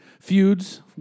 feuds